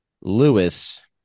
Lewis